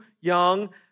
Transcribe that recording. young